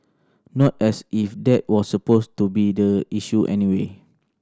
not as if that was supposed to be the issue anyway